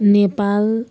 Nepal